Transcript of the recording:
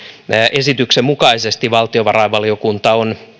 esityksen mukaisesti valtiovarainvaliokunta on